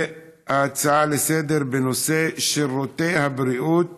הצעה לסדר-היום בנושא: שירותי הבריאות